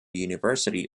university